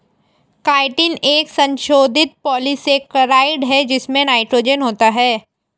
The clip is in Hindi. काइटिन एक संशोधित पॉलीसेकेराइड है जिसमें नाइट्रोजन होता है